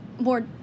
more